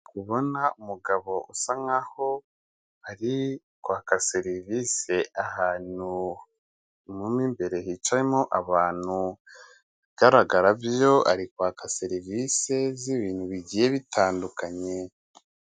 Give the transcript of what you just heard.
Ndi kubona umugabo usa nkaho ari kwaka serivisi ahantu mu imbere hicayemo abantu, ibigaragara byo ari kwaka serivisi z'ibintu bigiye bitandukanye.